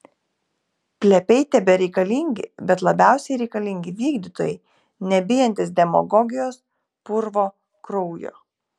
plepiai tebereikalingi bet labiausiai reikalingi vykdytojai nebijantys demagogijos purvo kraujo